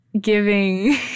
giving